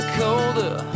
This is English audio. colder